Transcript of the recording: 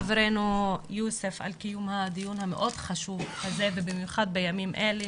חברנו יוסף על קיום הדיון המאוד חשוב הזה ובמיוחד בימים אלה.